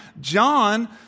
John